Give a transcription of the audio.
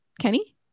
Kenny